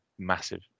Massive